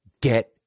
Get